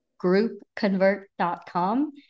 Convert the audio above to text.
groupconvert.com